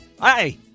Hi